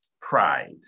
Pride